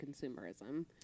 consumerism